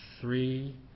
three